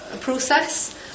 process